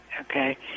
Okay